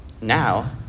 Now